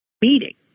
meeting